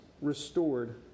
restored